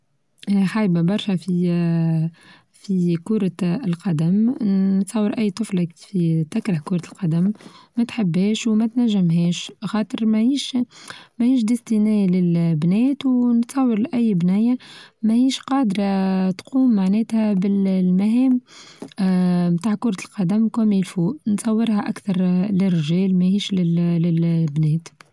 خايبة برشا في اه في كرة القدم اه نصور أي طفلة في تكره كرة القدم ما تحبهاش وما تنجمهاش خاطر ما هيش ماهيش ديستناية للبنات ونتصور لأي بنية ماهيش قادرة تقوم معناتها بالمهام بتاع كرة القدم كما يعرفوا نصورها أكثر للرجال ماهيش لل-للبنات.